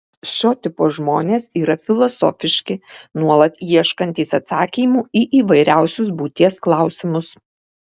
šio tipo žmonės yra filosofiški nuolat ieškantys atsakymų į įvairiausius būties klausimus